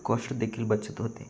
cost देखील बचत होते